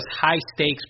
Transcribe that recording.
high-stakes